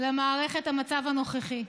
גאווה למערכת, המצב הנוכחי.